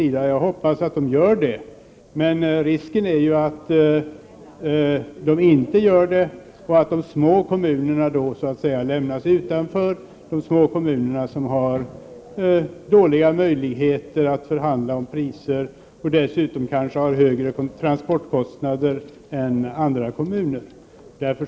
Jag hoppas att de gör det. Risken finns att de inte gör det, och att de små kommunerna då lämnas utanför. De små kommunerna har dåliga möjligheter att förhandla om priser och har dessutom kanske högre transportkostnader än andra kommuner.